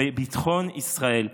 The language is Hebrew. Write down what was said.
בביטחון ישראל.